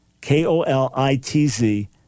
K-O-L-I-T-Z